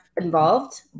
involved